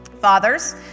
Fathers